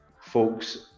folks